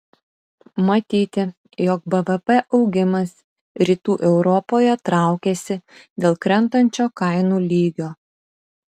matyti jog bvp augimas rytų europoje traukiasi dėl krentančio kainų lygio